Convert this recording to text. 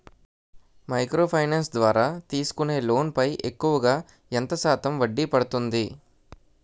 Micro finance ద్వారా తీసుకునే loan పై ఎక్కువుగా ఎంత శాతం వడ్డీ పడుతుంది?